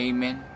Amen